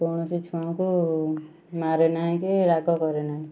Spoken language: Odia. କୌଣସି ଛୁଆଙ୍କୁ ମାରେ ନାହିଁ କି ରାଗ କରେନାହିଁ